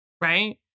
right